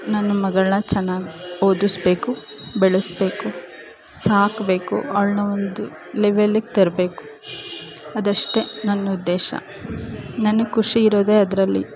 ನನ್ನ ಮಗಳನ್ನು ಚೆನ್ನಾಗಿ ಓದಿಸ್ಬೇಕು ಬೆಳೆಸ್ಬೇಕು ಸಾಕಬೇಕು ಅವ್ಳನ್ನು ಒಂದು ಲೆವೆಲ್ಲಿಗೆ ತರಬೇಕು ಅದಷ್ಟೇ ನನ್ನುದ್ದೇಶ ನನಗೆ ಖುಷಿ ಇರೋದೆ ಅದರಲ್ಲಿ